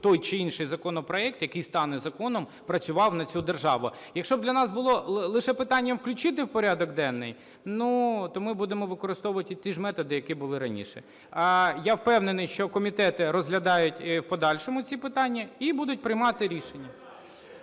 той чи інший законопроект, який стане законом, працював на цю державу. Якщо б для нас було лише питанням включити в порядок денний, ну, то ми будемо використовувати ті ж методи, які були раніше. Я впевнений, що комітети розглядають в подальшому ці питання і будуть приймати рішення.